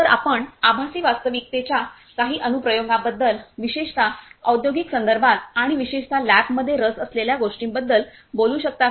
तर आपण आभासी वास्तविकतेच्या काही अनुप्रयोगांबद्दल विशेषत औद्योगिक संदर्भात आणि विशेषतः लॅबमध्ये रस असलेल्या गोष्टीबद्दल बोलू शकता का